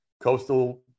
coastal